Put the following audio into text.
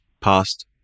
past